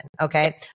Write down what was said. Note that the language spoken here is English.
Okay